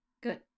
Good